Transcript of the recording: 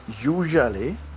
usually